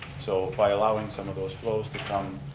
so by allowing some of those flows to come,